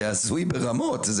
זה הזוי ברמות,